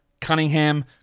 Cunningham